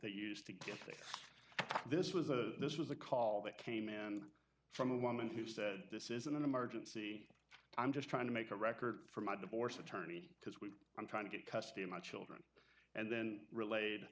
they used to get this was a this was a call that came in from a woman who said this is an emergency i'm just trying to make a record for my divorce attorney because we i'm trying to get custody of my children and then relayed